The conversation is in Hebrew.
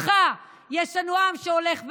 בזכותך יש לנו עם שהולך ומת.